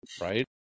right